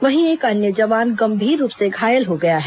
वहीं एक अन्य जवान गंभीर रूप से घायल हो गया है